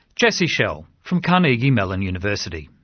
jesse schell from carnegie mellon university.